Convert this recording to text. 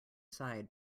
side